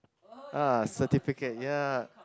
ah certificate ya